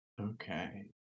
Okay